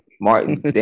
Martin